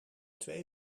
twee